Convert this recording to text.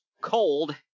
cold